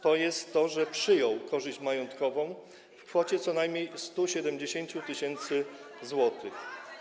to jest to, że przyjął korzyść majątkową w kwocie co najmniej 170 tys. zł.